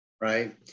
right